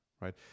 right